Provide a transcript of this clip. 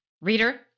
Reader